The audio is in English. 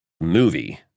movie